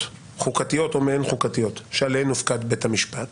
חוקתיות או מעין חוקתיות עליהן מופקד בית המשפט